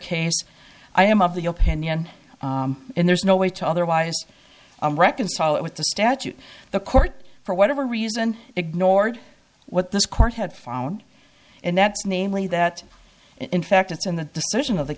case i am of the opinion and there's no way to otherwise reconcile it with the statute the court for whatever reason ignored what this court had found and that's namely that in fact it's in the decision of the